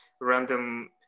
random